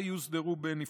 שיוסדרו בנפרד.